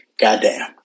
Goddamn